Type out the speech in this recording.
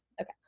Okay